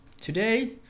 today